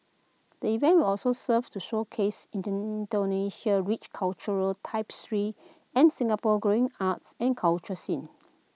the event will also serve to showcase Indonesia's rich cultural tapestry and Singapore's growing arts and culture scene